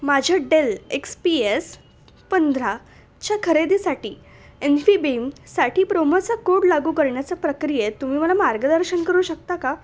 माझ्या Dell X P S पंधराच्या खरेदीसाठी एनफीबीमसाठी प्रोमोचा कोड लागू करण्याच्या प्रक्रियेत तुम्ही मला मार्गदर्शन करू शकता का